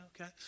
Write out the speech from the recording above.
okay